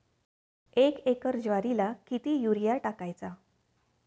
एक एकर ज्वारीला किती युरिया टाकायचा?